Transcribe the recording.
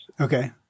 Okay